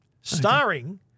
starring